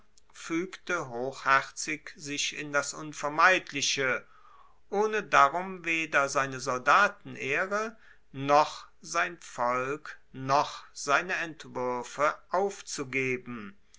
fuegte hochherzig sich in das unvermeidliche ohne darum weder seine soldatenehre noch sein volk noch seine entwuerfe aufzugeben